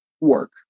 work